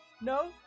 No